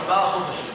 ארבעה חודשים.